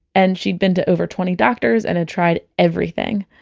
and she'd been to over twenty doctors and had tried everything.